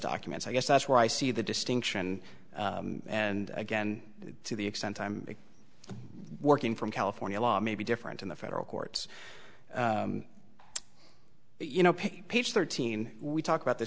documents i guess that's where i see the distinction and again to the extent i'm working from california law maybe different in the federal courts you know page thirteen we talk about th